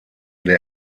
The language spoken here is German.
der